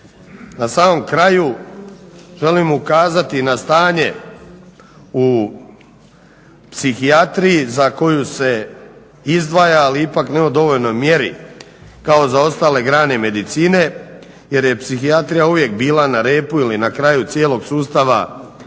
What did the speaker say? Na samom kraju, želim ukazati na stanje u psihijatriji za koju se izdvaja, ali ipak ne u dovoljnoj mjeri kao za ostale grane medicine jer je psihijatrija uvijek bila na repu ili na kraju cijelog sustava financiranja